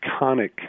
iconic